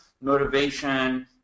motivation